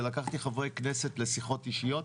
ולקחתי חברי כנסת לשיחות אישיות,